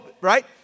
Right